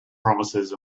promises